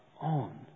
on